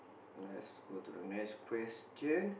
let's go to the next question